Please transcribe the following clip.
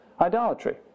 idolatry